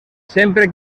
sempre